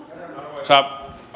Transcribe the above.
arvoisa